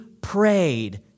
prayed